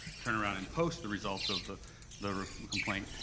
turn around and post the results of the the complaint,